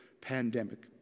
pandemic